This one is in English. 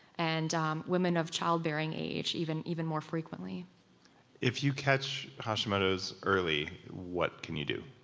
and um women of childbearing age even even more frequently if you catch hashimoto's early, what can you do?